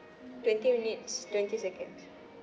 twenty minutes twenty seconds